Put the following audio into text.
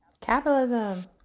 capitalism